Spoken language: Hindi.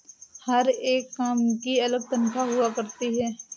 हर एक काम की अलग तन्ख्वाह हुआ करती है